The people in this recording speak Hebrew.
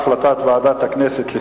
החלטת ועדת הכנסת,